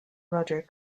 rudder